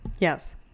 Yes